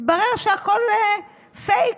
התברר שהכול פייק,